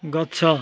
ଗଛ